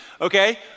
Okay